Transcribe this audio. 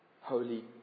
Holy